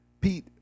Pete